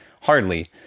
hardly